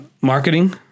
Marketing